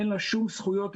אין לה שום זכויות,